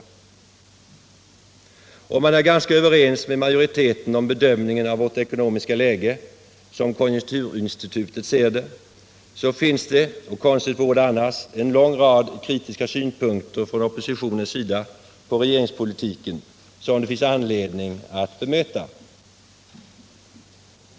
Trots att man är ganska överens med majoriteten om bedömningen av vårt ekonomiska läge, som konjunkturinstitutet ser det, framförs det från oppositionens sida, och konstigt vore det annars, en lång rad kritiska synpunkter på regeringspolitiken, vilka det finns anledning att bemöta.